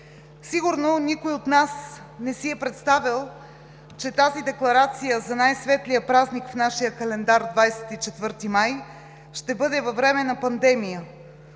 Сигурно никой от нас не си е представял, че тази декларация за най-светлия празник в нашия календар – 24 май, ще бъде във време на пандемия,